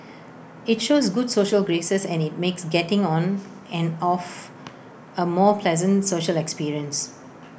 IT shows good social graces and IT makes getting on and off A more pleasant social experience